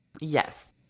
Yes